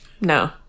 No